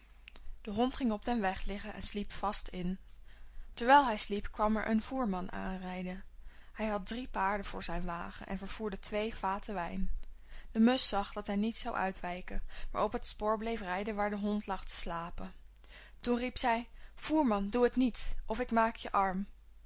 de hond ging op den weg liggen en sliep vast in terwijl hij sliep kwam er een voerman aanrijden hij had drie paarden voor zijn wagen en vervoerde twee vaten wijn de musch zag dat hij niet zou uitwijken maar op het spoor bleef rijden waar de hond lag te slapen toen riep zij voerman doe het niet of ik maak je arm